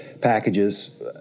packages